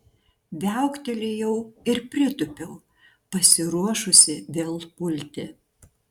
viauktelėjau ir pritūpiau pasiruošusi vėl pulti